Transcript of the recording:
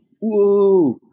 Whoa